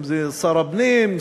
אם שר הפנים,